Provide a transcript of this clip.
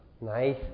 nice